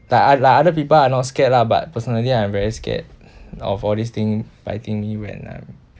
like another people are not scared lah but personally I'm very scared of all these things biting me when I'm